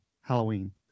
Halloween